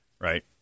right